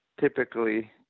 typically